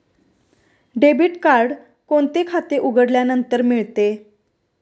Debit card कोणते खाते उघडल्यानंतर मिळते?